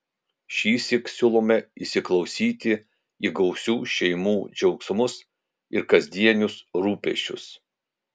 šįsyk siūlome įsiklausyti į gausių šeimų džiaugsmus ir kasdienius rūpesčius